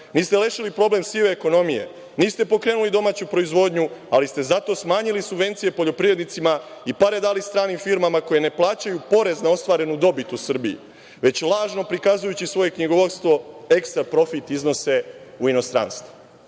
niste rešili problem sive ekonomije, niste pokrenuli domaću proizvodnju, ali ste zato smanjili subvencije poljoprivrednicima i pare dali stranim firmama koje ne plaćaju porez na ostvarenu dobit u Srbiji, već lažno prikazujući svoje knjigovodstvo, ekstra profit iznose u inostranstvo.A